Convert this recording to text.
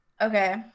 Okay